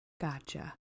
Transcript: Gotcha